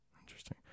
interesting